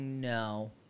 No